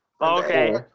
Okay